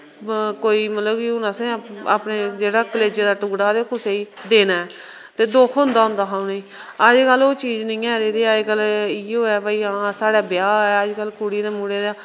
कोई मतलब कि हून असें अपने जेह्ड़ा कलेजे दा टुकड़ा ते ओह् कुसै गी देना ऐ ते दुख होंदा होंदा हा उ'नेंगी अज्जकल ओह् चीज नेईं ऐ रेह्दी अज्जकल इ'यो ऐ भाई हां साढ़ै ब्याह् ऐ अज्जकल कुड़ी ते मुड़े दा